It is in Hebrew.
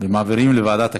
ומעבירים לוועדת הכספים.